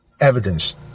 evidence